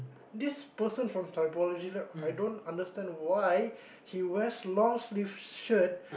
this person from trilogy lab I don't understand why he wears long sleeve shirt